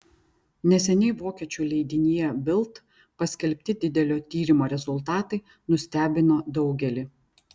neseniai vokiečių leidinyje bild paskelbti didelio tyrimo rezultatai nustebino daugelį